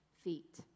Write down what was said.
feet